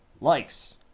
likes